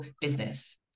business